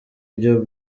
byo